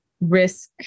risk